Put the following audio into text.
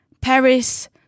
Paris